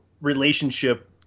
relationship